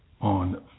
on